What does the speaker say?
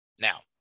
Now